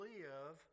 Live